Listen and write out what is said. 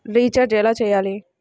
Recharge ఎలా చెయ్యాలి?